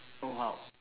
oh how